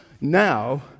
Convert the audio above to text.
Now